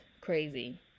crazy